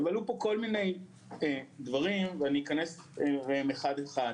עלו פה כל מיני דברים ואני אפרט אותם אחד אחד.